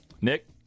Nick